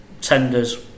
tenders